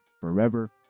Forever